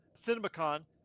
CinemaCon